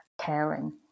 caring